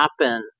happen